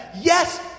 Yes